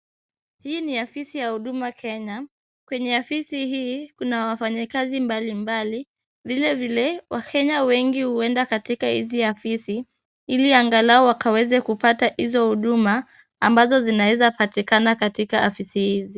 Hii ni afisi ya Huduma Kenya. Kwenye afisi hii, kuna wafanyikazi mbalimbali. Vilevile, wakenya wengi huenda katika hizi afisi ili angalau wakaweze kupata hizo huduma ambazo zinaeza patikana katika afisi hizi.